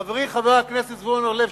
חברי חבר הכנסת זבולון אורלב,